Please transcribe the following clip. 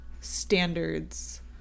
standards